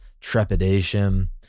trepidation